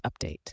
update